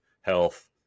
health